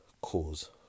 cause